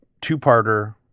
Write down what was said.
two-parter